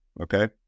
Okay